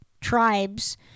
tribes